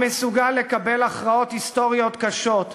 המסוגל לקבל הכרעות היסטוריות קשות,